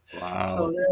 Wow